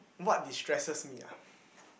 what distresses me ah